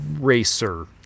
Racer